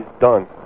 done